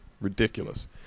ridiculous